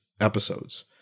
episodes